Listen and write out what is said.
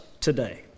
today